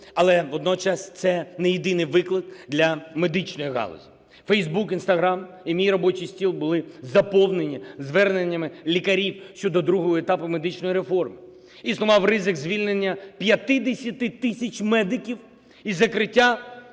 але водночас це не єдиний виклик для медичної галузі. Facebook, Instagram і мій робочий стіл були заповнені зверненнями лікарів щодо другого етапу медичної реформи. Існував ризик звільнення 50 тисяч медиків і закриття